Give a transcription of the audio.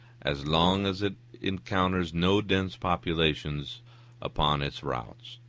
as long as it encounters no dense populations upon its route,